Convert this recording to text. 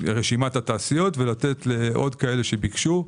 רשימת התעשיות ולתת לעוד כאלה שביקשו.